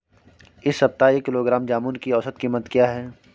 इस सप्ताह एक किलोग्राम जामुन की औसत कीमत क्या है?